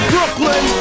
Brooklyn